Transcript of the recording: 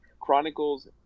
chronicles